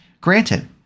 Granted